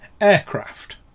aircraft